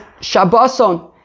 Shabboson